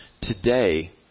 Today